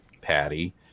Patty